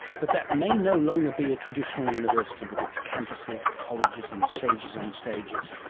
but that may no longer be a traditional university with its campuses, colleges and sages on stages.